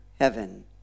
heaven